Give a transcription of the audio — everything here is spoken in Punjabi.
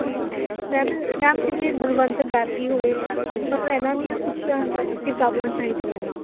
ਮੈਮ ਮੈਮ ਜਿਵੇਂ ਬਲਵੰਤ ਗਾਰਗੀ ਹੋਵੇ ਮੈਨੂੰ ਇਨ੍ਹਾਂ ਦੀਆਂ ਕੁੱਝ ਕਿਤਾਬਾਂ ਚਾਹੀਦੀਆਂ ਨੇ